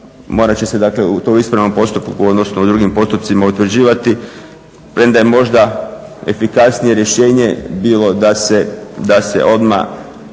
morat će se dakle u tom ispravnom postupku odnosno u drugim postupcima utvrđivati, premda je možda efikasnije rješenje bilo da se odmah